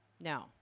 No